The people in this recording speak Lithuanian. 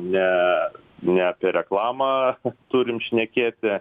ne ne apie reklamą turim šnekėti